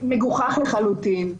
זה מגוחך לחלוטין.